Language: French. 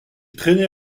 traînait